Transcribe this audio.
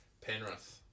Penrith